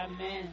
Amen